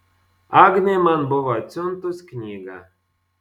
agnė man buvo atsiuntus knygą